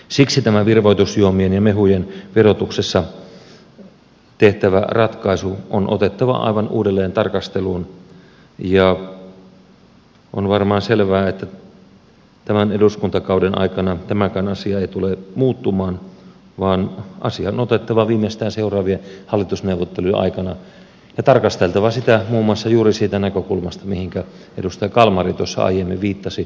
siksi tämä virvoitusjuomien ja mehujen verotuksessa tehtävä ratkaisu on otettava aivan uudelleen tarkasteluun ja on varmaan selvää että tämän eduskuntakauden aikana tämäkään asia ei tule muuttumaan vaan asia on otettava viimeistään seuraavien hallitusneuvottelujen aikana ja tarkasteltava sitä muun muassa juuri siitä näkökulmasta mihinkä edustaja kalmari aiemmin viittasi